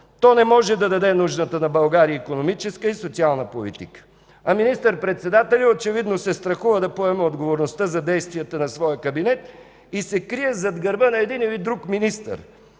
То не може да даде нужната на България икономическа и социална политика. А министър-председателят очевидно се страхува да поеме отговорността за действията на своя кабинет и се крие зад гърба на един или друг министър.